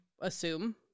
assume